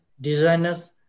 designers